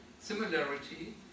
similarity